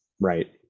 Right